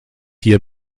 hier